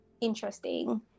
interesting